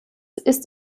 ist